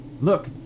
look